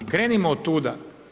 Krenimo od tuda.